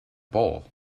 bowl